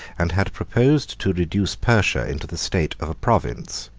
and had proposed to reduce persia into the state of a province.